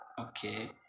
Okay